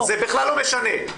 זה בכלל לא משנה.